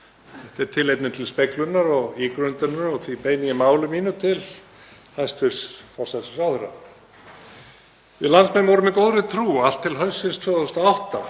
Þetta er tilefni til speglunar og ígrundunar og því beini ég máli mínu til hæstv. forsætisráðherra. Við landsmenn vorum í góðri trú allt til haustsins 2008